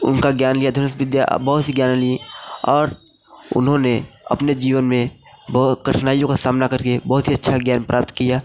उनका ज्ञान लिया धनुष विद्या और बहुत सी ज्ञान लीं और उन्होंने अपने जीवन में बहुत कठिनाइयों का सामना करके बहुत ही अच्छा ज्ञान प्राप्त किया